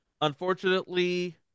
Unfortunately